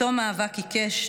בתום מאבק עיקש,